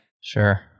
Sure